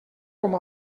com